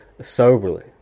soberly